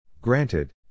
Granted